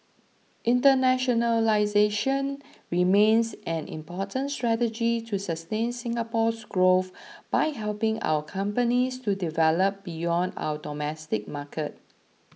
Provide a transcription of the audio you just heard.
internationalisation remains an important strategy to sustain Singapore's growth by helping our companies to develop beyond our domestic market